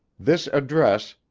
this address,